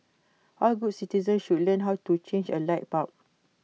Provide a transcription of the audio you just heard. all good citizens should learn how to change A light bulb